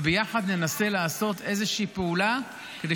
וביחד ננסה לעשות איזושהי פעולה כדי